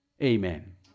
Amen